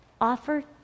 Offer